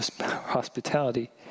hospitality